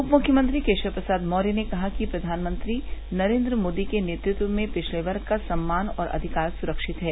उप मुख्यमंत्री केशव प्रसाद मौर्य ने कहा कि प्रघानमंत्री नरेन्द्र मोदी के नेतृत्व में पिछड़े वर्ग का सम्मान और अधिकार सुरक्षित है